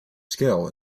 skill